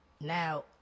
now